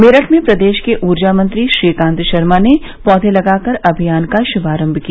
मेरठ में प्रदेश के ऊर्जा मंत्री श्रीकांत शर्मा ने पौधे लगाकर अभियान का श्भारंभ किया